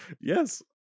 Yes